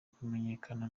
kumenyekana